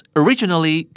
originally